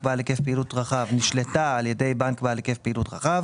בעל היקף פעילות רחב נשלטה על ידי בנק בעל היקף פעילות רחב"